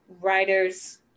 writers